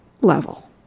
level